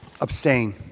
Abstain